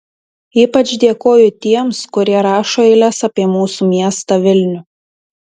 ypač dėkoju tiems kurie rašo eiles apie mūsų miestą vilnių